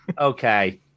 Okay